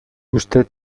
usted